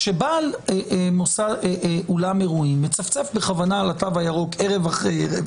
כשבעל אולם אירועים מצפצף בכוונה על התו הירוק ערב אחרי ערב